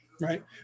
right